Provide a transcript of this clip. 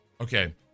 okay